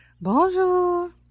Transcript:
Bonjour